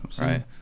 Right